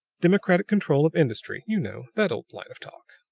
democratic control of industry. you know that old line of talk.